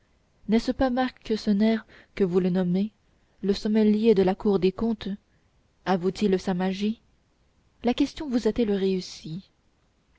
n'est-ce pas marc cenaine que vous le nommez le sommelier de la cour des comptes avoue t il sa magie la question vous a-t-elle réussi